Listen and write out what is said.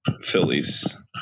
Phillies